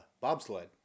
bobsled